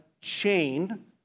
chain